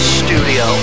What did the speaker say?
studio